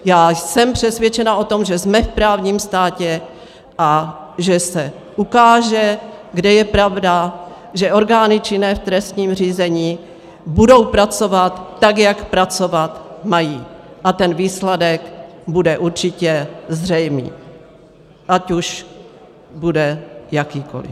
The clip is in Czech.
Já jsem přesvědčena o tom, že jsme v právním státě a že se ukáže, kde je pravda, že orgány činné v trestním řízení budou pracovat tak, jak pracovat mají, a ten výsledek bude určitě zřejmý, ať už bude jakýkoli.